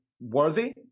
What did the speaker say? worthy